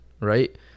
right